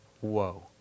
Whoa